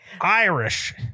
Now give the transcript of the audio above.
Irish